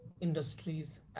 industries